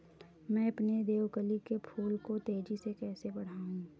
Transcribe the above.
मैं अपने देवकली के फूल को तेजी से कैसे बढाऊं?